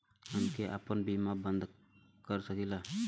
हमके आपन बीमा बन्द कर सकीला?